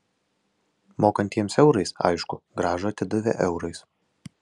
mokantiems eurais aišku grąžą atidavė eurais